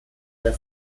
der